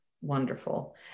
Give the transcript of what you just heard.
Wonderful